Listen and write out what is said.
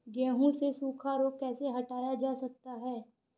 गेहूँ से सूखा रोग कैसे हटाया जा सकता है?